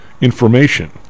information